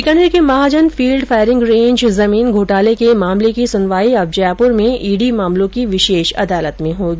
बीकानेर के Mahajan field firing range जमीन घोटाले के मामले की सुनवाई अब जयपुर में ईडी मामलों की विशेष अदालत में होगी